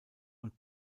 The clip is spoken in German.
und